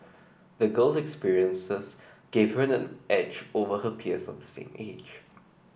the girl's experiences gave her an edge over her peers of the same age